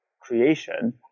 creation